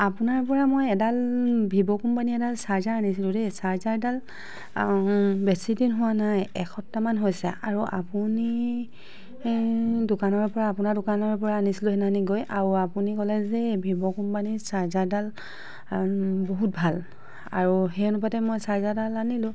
আপোনাৰ পৰা মই এডাল ভিভ' কোম্পানীৰ এডাল চাৰ্জাৰ আনিছিলো দেই চাৰ্জাৰডাল বেছিদিন হোৱা নাই এসপ্তাহমান হৈছে আৰু আপুনি দোকানৰ পৰা আপোনাৰ দোকানৰ পৰা আনিছিলো সেইদিনাখনি গৈ আৰু আপুনি ক'লে যে ভিভ' কোম্পানীৰ চাৰ্জাৰডাল বহুত ভাল আৰু সেই অনুপাতে মই চাৰ্জাৰডাল আনিলো